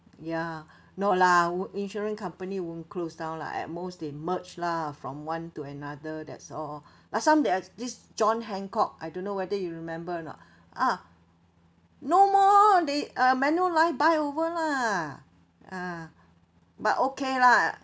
ya no lah w~ insurance company won't closed down lah at most they merge lah from one to another that's all like some they have this John Hancock I don't know whether you remember or not ah no more they uh Manulife buy over lah ah but okay lah